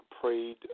prayed